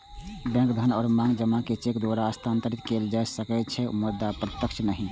bank धन या मांग जमा कें चेक द्वारा हस्तांतरित कैल जा सकै छै, मुदा प्रत्यक्ष नहि